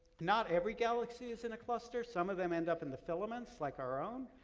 not every galaxy is in a cluster. some of them end up in the filaments, like our own.